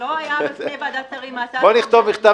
בפני ועדת שרים --- בואו נכתוב מכתב